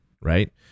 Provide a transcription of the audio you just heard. right